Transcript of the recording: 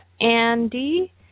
Andy